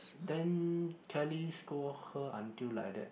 then Kelly scold her until like that